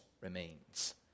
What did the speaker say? remains